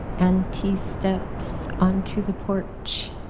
auntie steps onto the porch.